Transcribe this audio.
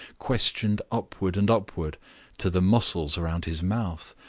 questioned upward and upward to the muscles round his mouth,